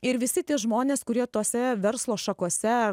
ir visi tie žmonės kurie tose verslo šakose